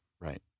Right